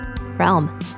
Realm